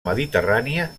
mediterrània